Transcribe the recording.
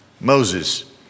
Moses